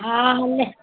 हा हुन